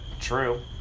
true